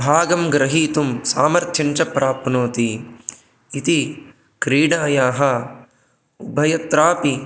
भागं गृहीतुं सामर्थ्यञ्च प्राप्नोति इति क्रीडायाः उभयत्रापि